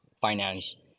finance